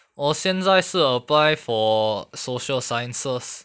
我现在是 apply for social sciences